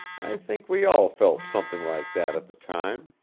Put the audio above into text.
i think we all felt something like that at the time.